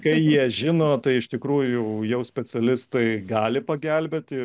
kai jie žino tai iš tikrųjų jau specialistai gali pagelbėti